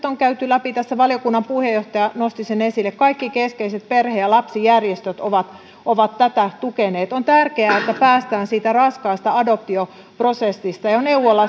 on käyty läpi tässä valiokunnan puheenjohtaja nosti sen esille kaikki keskeiset perhe ja lapsijärjestöt ovat ovat tätä tukeneet on tärkeää että päästään siitä raskaasta adoptioprosessista ja